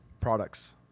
products